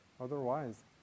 otherwise